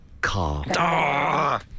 Car